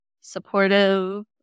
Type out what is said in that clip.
supportive